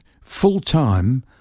full-time